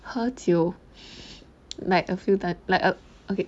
喝酒 like a few time like a okay